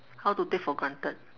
how to take for granted